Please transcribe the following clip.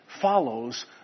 follows